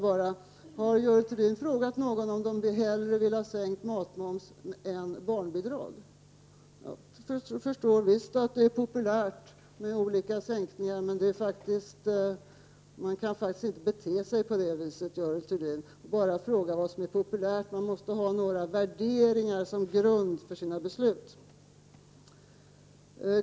Har Görel Thurdin frågat människor om de hellre vill ha sänkt matmoms än barnbidrag? Jag förstår att det är populärt med olika sänkningar, men man kan faktiskt inte bete sig på det viset, Görel Thurdin. Man kan inte bara fråga efter vad som är populärt. Man måste ha några värderingar som grund för sina beslut.